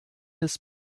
his